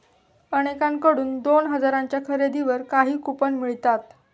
अनेकांकडून दोन हजारांच्या खरेदीवर काही कूपन मिळतात